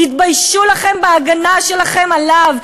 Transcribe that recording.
תתביישו לכם בהגנה שלכם עליו,